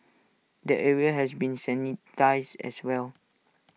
the area has been sanitised as well